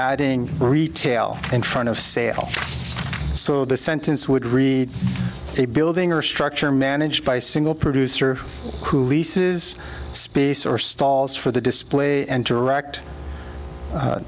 adding retail in front of sale so the sentence would read a building or structure managed by a single producer who leases space or stalls for the display and direct